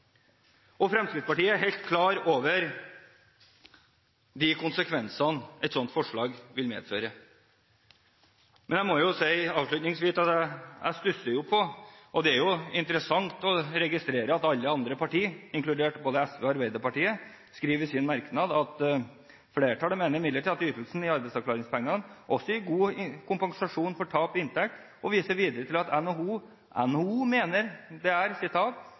Fremskrittspartiet er helt klar over de konsekvensene et slikt forslag vil medføre. Men jeg må avslutningsvis si at jeg stusser på – og det er interessant å registrere – at alle andre partier, inkludert både SV og Arbeiderpartiet, i sin merknad skriver: «Flertallet mener imidlertid at ytelsene i arbeidsavklaringsordningen også gir god kompensasjon for tapt arbeidsinntekt og viser videre til at NHO mener det er, sitat: